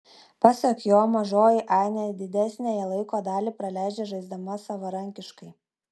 pasak jo mažoji ainė didesniąją laiko dalį praleidžia žaisdama savarankiškai